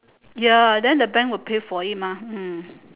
ya then the bank will pay for it mah hmm